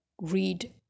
read